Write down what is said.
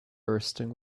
bursting